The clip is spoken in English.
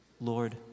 Lord